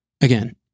Again